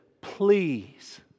please